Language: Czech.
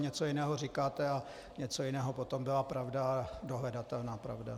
Něco jiného říkáte a něco jiného potom byla pravda, dohledatelná pravda.